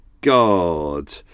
god